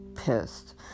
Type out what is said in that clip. pissed